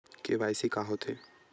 KYC का होथे?